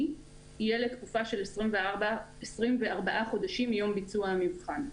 יהיה לתקופה של 24 חודשים מיום ביצוע המבחן,